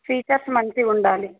features మంచిగుండాలి